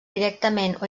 directament